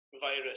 virus